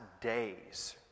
days